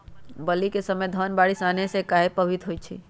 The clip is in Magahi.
बली क समय धन बारिस आने से कहे पभवित होई छई?